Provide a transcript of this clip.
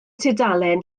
tudalen